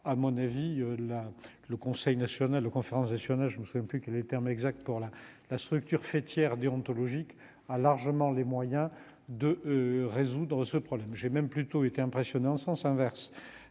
à mon avis là le Conseil national conférence nationale je me souviens plus que les termes exacts pour la la structure faîtière déontologique a largement les moyens de résoudre ce problème, j'ai même plutôt été impressionnant en sens inverse